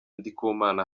ndikumana